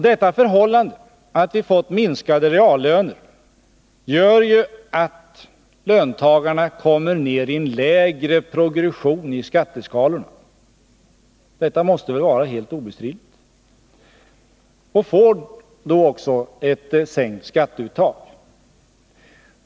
Detta förhållande att vi fått minskade reallöner gör ju att löntagarna med nuvarande indexteknik kommer lägre i de progressiva skatteskalorna— detta måste vara helt obestridligt — och då också får ett sänkt skatteuttag.